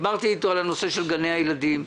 דיברתי איתו על הנושא של גני הילדים.